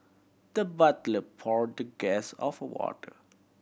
the butler poured the guest of water